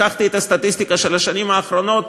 לקחתי את הסטטיסטיקה של השנים האחרונות,